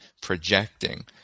projecting